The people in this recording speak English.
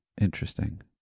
Interesting